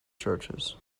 churches